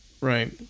right